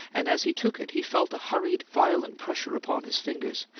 and, as he took it, he felt a hurried, violent pressure upon his fingers,